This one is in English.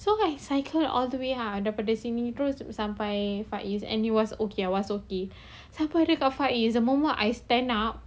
so I cycle all the way ah daripada sini terus sampai faiz and it was okay I was okay sampai dekat faiz the moment I stand up